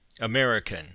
American